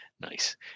Nice